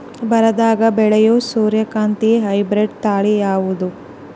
ಬರದಾಗ ಬೆಳೆಯೋ ಸೂರ್ಯಕಾಂತಿ ಹೈಬ್ರಿಡ್ ತಳಿ ಯಾವುದು?